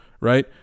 right